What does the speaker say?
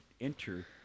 enter